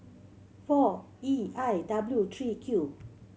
four E I W three Q